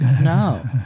No